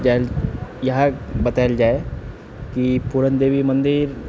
इएह बताएल जाइ की पूरण देवी मन्दिर